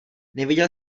neviděl